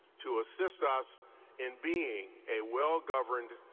to assist us in being a well-governed,